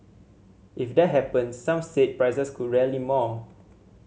if that happen some said prices could rally more